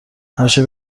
همیشه